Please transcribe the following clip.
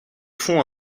font